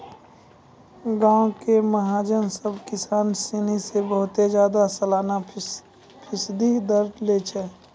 गांवो के महाजन सभ किसानो सिनी से बहुते ज्यादा सलाना फीसदी दर लै छै